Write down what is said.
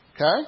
Okay